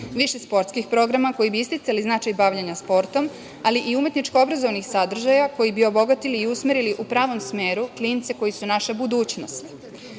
više sportskih programa koji bi isticali značaj bavljenja sportom, ali i umetničko-obrazovnih sadržaja koji bi obogatili i usmerili u pravom smeru klince koji su naša budućnost. Imamo